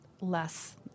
less